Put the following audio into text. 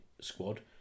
squad